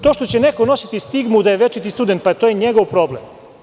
To što će neko nositi stigmu da je večiti student, pa to je njegov problem.